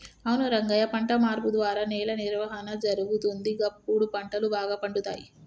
అవును రంగయ్య పంట మార్పు ద్వారా నేల నిర్వహణ జరుగుతుంది, గప్పుడు పంటలు బాగా పండుతాయి